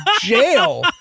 jail